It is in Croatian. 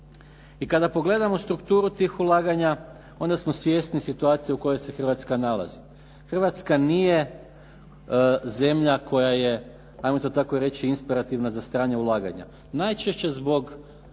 I kada pogledamo strukturu tih ulaganja onda smo svjesni situacije u kojoj se Hrvatska nalazi. Hrvatska nije zemlja koja je, ajmo to tako reći inspirativno, za strana ulaganja najčešće zbog